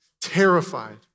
terrified